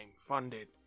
funded